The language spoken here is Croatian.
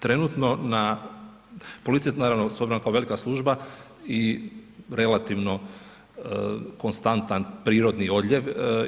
Trenutno da, policija naravno s obzirom kao velika služba i relativno konstantan prirodni odljev.